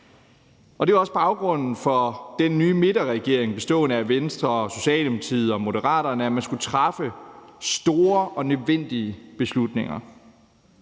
år. Det er også baggrunden for, at den nye midterregering, der består af Venstre, Socialdemokratiet og Moderaterne, skulle træffe store og nødvendige beslutninger.